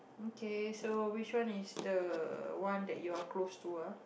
okay so which one is the one that you are close to ah